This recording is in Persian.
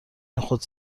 نخود